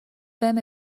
بهم